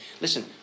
Listen